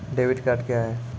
Debit card क्या हैं?